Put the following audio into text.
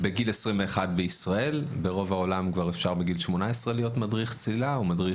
בישראל בגיל 21. ברוב העולם אפשר להיות מדריך צלילה או מדריך